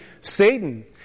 Satan